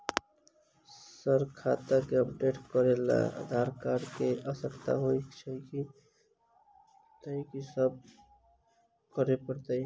Sir खाता केँ update करऽ लेल आधार कार्ड केँ आवश्यकता होइ छैय यदि होइ छैथ की सब करैपरतैय?